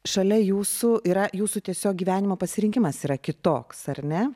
šalia jūsų yra jūsų tiesiog gyvenimo pasirinkimas yra kitoks ar ne